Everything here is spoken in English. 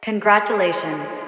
Congratulations